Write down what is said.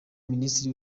minisitiri